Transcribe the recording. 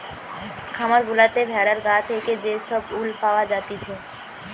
খামার গুলাতে ভেড়ার গা থেকে যে সব উল পাওয়া জাতিছে